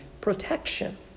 protection